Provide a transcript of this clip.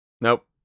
nope